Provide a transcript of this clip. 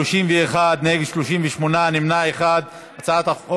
ההצעה להעביר לוועדה את הצעת חוק